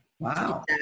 Wow